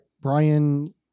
brian